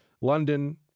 London